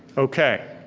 okay.